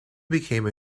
became